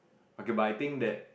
okay but I think that